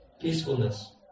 peacefulness